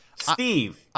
Steve